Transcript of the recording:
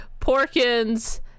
Porkins